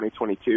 2022